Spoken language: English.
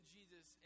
Jesus